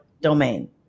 domain